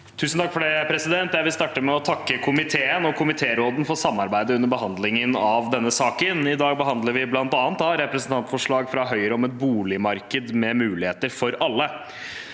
(ordfører for sak nr. 7): Jeg vil starte med å takke komiteen og komitéråden for samarbeidet under behandlingen av denne saken. I dag behandler vi bl.a. et representantforslag fra Høyre om et boligmarked med muligheter for alle.